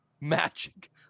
magic